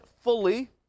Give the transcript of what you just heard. fully